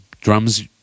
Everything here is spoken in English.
drums